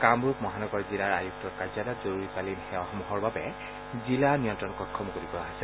কামৰূপ মহানগৰ জিলাৰ আয়ুক্তৰ কাৰ্যালয়ত জৰুৰীকালীন সেৱাসমূহৰ বাবে জিলা নিয়ন্ত্ৰণ কক্ষ মুকলি কৰা হৈছে